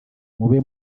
mube